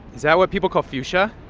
is that what people call fuchsia?